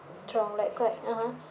strong like quite (uh huh)